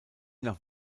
nach